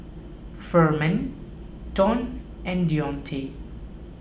Furman Donn and Deontae